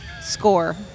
score